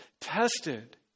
tested